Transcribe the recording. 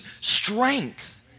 strength